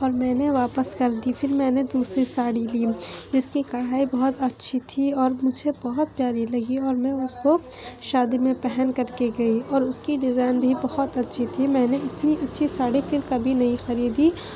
اور میں نے واپس کر دی پھر میں نے دوسری ساڑی لی جس کی کڑھائی بہت اچھی تھی اور مجھے بہت پیاری لگی اور میں اس کو شادی میں پہن کر کے گئی اور اس کی ڈیزائن بھی اچھی تھی میں نے اتنی اچھی ساڑی پھر کبھی نہیں خریدی